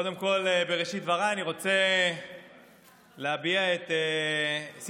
קודם כול, בראשית דבריי אני רוצה להביע סימפתיה